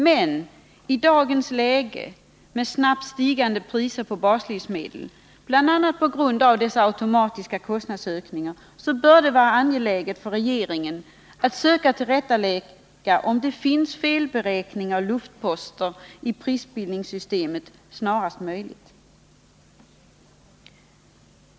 Men i dagens läge, med snabbt stigande priser på baslivsmedel, bl.a. på grund av dessa automatiska kostnadsökningar, bör det vara angeläget för regeringen att snarast möjligt söka ta reda på om det finns felberäkningar och ”luftposter” i prisbildningssystemet.